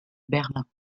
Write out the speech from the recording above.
berlin